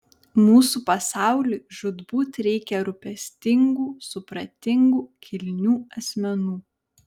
mūsų pasauliui žūtbūt reikia rūpestingų supratingų kilnių asmenų